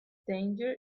tangier